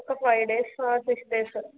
ఒక five days six days